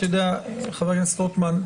חבר הכנסת רוטמן,